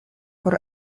por